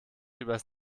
übers